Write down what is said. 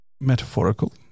metaphorical